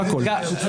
זה הכול.